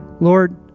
Lord